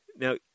Now